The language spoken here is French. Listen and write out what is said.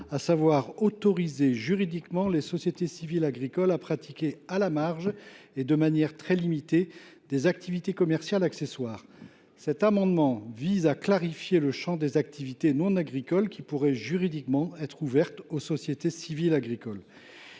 vise à autoriser les sociétés civiles agricoles à pratiquer, à la marge et de manière très limitée, des activités commerciales accessoires. Il a pour objet de clarifier le champ des activités non agricoles qui pourraient être ouvertes aux sociétés civiles agricoles.